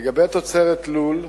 לגבי תוצרת לול,